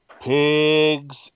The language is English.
pigs